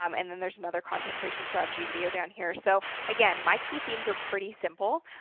um and then there's another content creation strategy video down here. so again, my key themes are pretty simple.